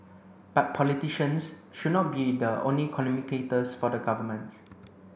but politicians should not be the only communicators for the government